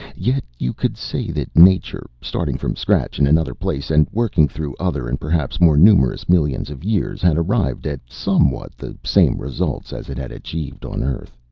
yet you could say that nature, starting from scratch in another place, and working through other and perhaps more numerous millions of years, had arrived at somewhat the same results as it had achieved on earth.